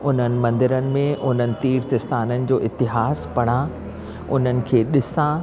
उन्हनि मंदरनि में उन्हनि तीर्थ स्थाननि जो इतिहासु पढ़ा उन्हनि खे ॾिसा